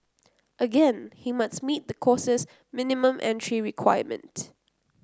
again he must meet the course's minimum entry requirement